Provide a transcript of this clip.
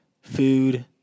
food